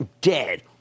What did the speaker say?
dead